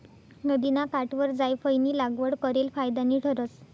नदिना काठवर जायफयनी लागवड करेल फायदानी ठरस